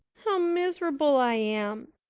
how mis'rubul i am.